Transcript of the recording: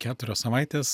keturios savaitės